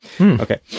Okay